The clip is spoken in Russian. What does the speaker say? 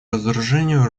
разоружению